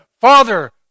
Father